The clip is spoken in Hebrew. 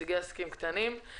נציגת עסקים קטנים.